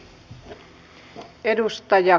arvoisa puhemies